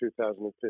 2015